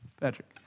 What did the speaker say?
Patrick